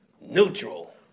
Neutral